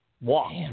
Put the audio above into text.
walk